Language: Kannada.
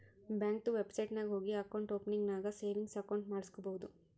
ಬ್ಯಾಂಕ್ದು ವೆಬ್ಸೈಟ್ ನಾಗ್ ಹೋಗಿ ಅಕೌಂಟ್ ಓಪನಿಂಗ್ ನಾಗ್ ಸೇವಿಂಗ್ಸ್ ಅಕೌಂಟ್ ಮಾಡುಸ್ಕೊಬೋದು